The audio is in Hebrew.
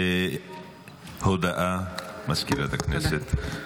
הודעה לסגנית מזכיר הכנסת.